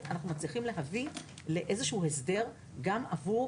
אנחנו מצליחים להביא לאיזשהו הסדר גם עבור